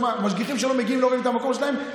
אני משלם לקופת החולים,